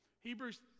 Hebrews